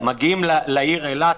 מגיעים לעיר אילת,